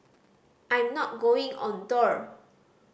I'm not going on tour